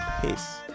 peace